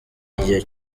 igihe